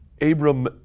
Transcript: Abram